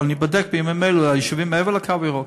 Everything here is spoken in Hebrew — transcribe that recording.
אני בודק בימים אלה את היישובים מעבר לקו הירוק.